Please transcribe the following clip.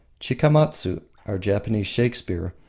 chikamatsu, our japanese shakespeare,